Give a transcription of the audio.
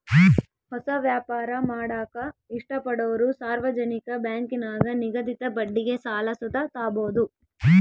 ಹೊಸ ವ್ಯಾಪಾರ ಮಾಡಾಕ ಇಷ್ಟಪಡೋರು ಸಾರ್ವಜನಿಕ ಬ್ಯಾಂಕಿನಾಗ ನಿಗದಿತ ಬಡ್ಡಿಗೆ ಸಾಲ ಸುತ ತಾಬೋದು